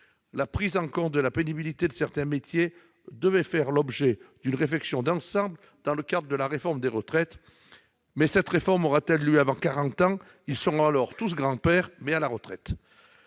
La prise en compte de la pénibilité de certains métiers devait faire l'objet d'une réflexion d'ensemble dans le cadre de la réforme des retraites. Mais cette réforme aura-t-elle lieu avant quarante ans ? Les forestiers-sapeurs seront alors tous grands-pères, mais à la retraite